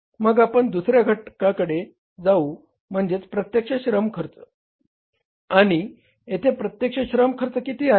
मग आपण दुसऱ्या घटकाकडे जाऊ म्हणजेच प्रत्यक्ष श्रम खर्च आणि येथे प्रत्यक्ष श्रम खर्च किती आहे